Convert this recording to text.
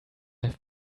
have